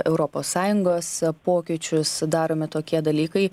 europos sąjungos pokyčius daromi tokie dalykai